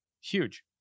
huge